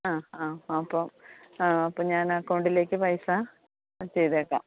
ആ ആ അപ്പോൾ അപ്പോൾ ഞാൻ അക്കൌണ്ടിലേക്ക് പൈസ ചെയ്തേക്കാം